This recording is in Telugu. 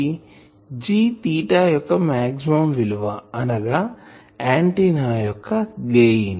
G తీటా యొక్క మాక్సిమం విలువ అనగా ఆంటిన్నా యొక్క గెయిన్